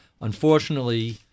Unfortunately